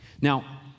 Now